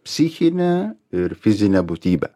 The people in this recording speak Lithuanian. psichinę ir fizinę būtybę